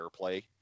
airplay